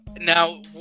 Now